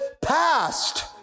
passed